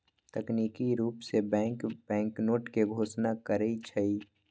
तकनिकी रूप से बैंक बैंकनोट के घोषणा करई छई